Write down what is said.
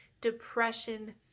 Depression